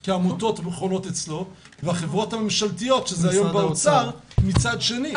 כי העמותות חונות אצלו והחברות הממשלתיות שזה אצל משרד האוצר מצד שני.